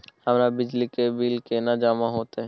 हमर बिजली के बिल केना जमा होते?